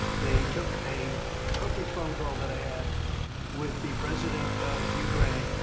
they took a perfect phone call that i had with the president of ukraine,